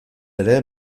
ere